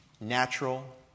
natural